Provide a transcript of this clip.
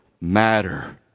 matter